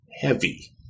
heavy